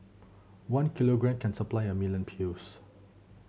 one kilogram can supply a million pills